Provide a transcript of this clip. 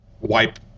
wipe